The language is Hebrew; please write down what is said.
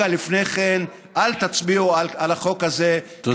רגע לפני כן, אל תצביעו על החוק הזה, תודה רבה.